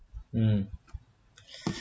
mm